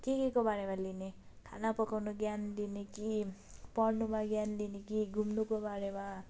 के के को बारेमा लिने खाना पकाउनु ज्ञान लिने कि पढ्नुमा ज्ञान लिने कि घुम्नुको बारेमा